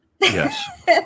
Yes